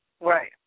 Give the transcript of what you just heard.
Right